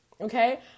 okay